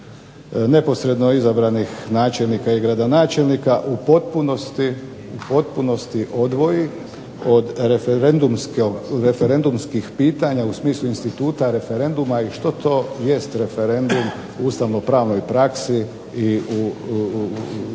neposredno izabranih načelnika i gradonačelnika u potpunosti odvoji od referendumskih pitanja u smislu instituta referenduma i što to vijest referendum u ustavnopravnoj praksi i ustavnopravnoj